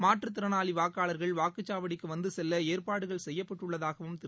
மாற்றுத் திறனாளி வாக்காளர்கள் வாக்குச்சாவடிக்கு வந்து செல்ல ஏற்பாடுகள் செய்யப்பட்டுள்ளதாகவும் திரு